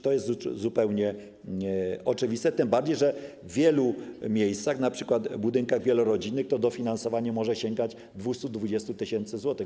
To jest zupełnie oczywiste, tym bardziej że w wielu miejscach, np. w budynkach wielorodzinnych, to dofinansowanie może sięgać 220 tys. zł.